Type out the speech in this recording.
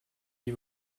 die